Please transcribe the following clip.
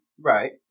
Right